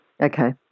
Okay